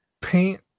paint